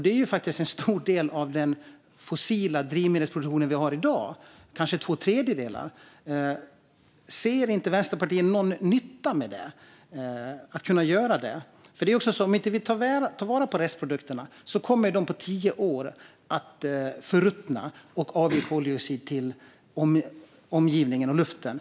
Det är faktiskt en stor del, kanske två tredjedelar, av den fossila drivmedelsproduktion som vi har i dag. Ser inte Vänsterpartiet någon nytta med att kunna göra det? Om vi inte tar vara på restprodukterna kommer de på tio år att förruttna och avge koldioxid till omgivningen och luften.